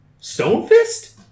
Stonefist